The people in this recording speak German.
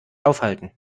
aufhalten